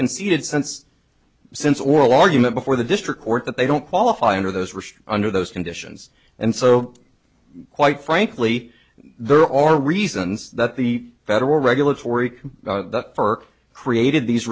conceded since since oral argument before the district court that they don't qualify under those restrict under those conditions and so quite frankly there are reasons that the federal regulatory for created these